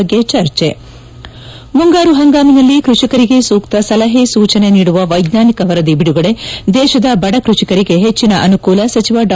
ಬಗ್ಗೆ ಚರ್ಚೆ ಮುಂಗಾರು ಪಂಗಾಮಿನಲ್ಲಿ ಕೃಷಿಕರಿಗೆ ಸೂಕ್ತ ಸಲಹೆ ಸೂಚನೆ ನೀಡುವ ವೈಜ್ಞಾನಿಕ ವರದಿ ಬಿಡುಗಡೆ ದೇತದ ಬಡ ಕೃಷಿಕರಿಗೆ ಹೆಚ್ಚಿನ ಅನುಕೂಲ ಸಚಿವ ಡಾ